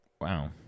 Wow